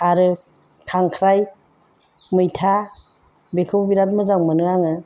आरो खांख्राइ मैथा बेखौ बिराद मोजां मोनो आङो